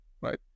right